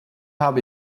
habe